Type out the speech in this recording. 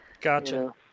Gotcha